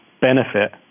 benefit